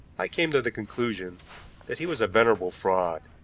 i came to the conclusion that he was a venerable fraud,